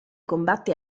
combatte